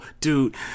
dude